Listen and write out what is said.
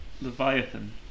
Leviathan